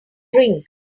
drink